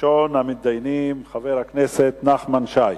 ראשון המתדיינים הוא חבר הכנסת נחמן שי,